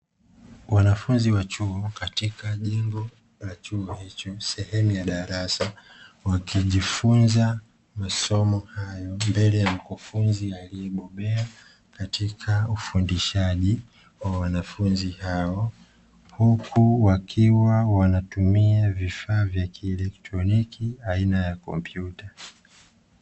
Wanafunzi wa chuo katika jengo la chuo hicho sehemu ya darasa, wakijifunza masomo hayo mbele ya mkufunzi aliyebobea katika ufundishaji wa wanafunzi hao, huku wakiwa wanatumia vifaa vya kielektroniki aina ya kompyuta.